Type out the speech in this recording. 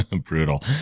brutal